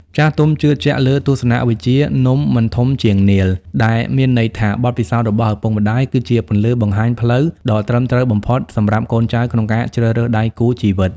ចាស់ទុំជឿជាក់លើទស្សនវិជ្ជា "នំមិនធំជាងនាឡិ" ដែលមានន័យថាបទពិសោធន៍របស់ឪពុកម្ដាយ គឺជាពន្លឺបង្ហាញផ្លូវដ៏ត្រឹមត្រូវបំផុតសម្រាប់កូនចៅក្នុងការជ្រើសរើសដៃគូជីវិត។